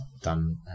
done